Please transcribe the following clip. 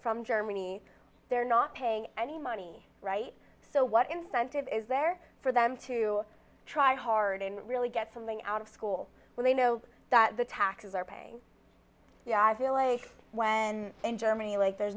from germany they're not paying any money right so what incentive is there for them to try hard and really get something out of school when they know that the taxes are paying yasiel like when in germany like there's